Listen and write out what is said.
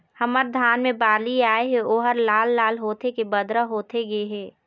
हमर धान मे बाली आए हे ओहर लाल लाल होथे के बदरा होथे गे हे?